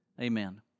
Amen